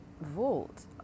vault